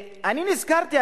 אני נזכרתי,